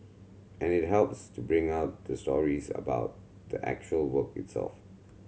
and it helps to bring out the stories about the actual work itself